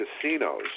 casinos